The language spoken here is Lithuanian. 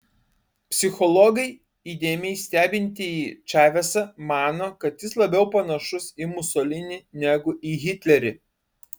psichologai įdėmiai stebintieji čavesą mano kad jis labiau panašus į musolinį negu į hitlerį